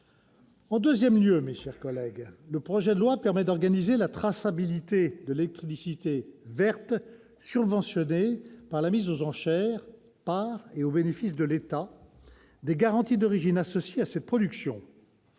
En deuxième lieu, le projet de loi permet d'organiser la traçabilité de l'électricité verte subventionnée par la mise aux enchères, par et au bénéfice de l'État, des garanties d'origines associées à cette production.